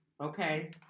Okay